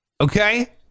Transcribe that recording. Okay